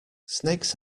snakes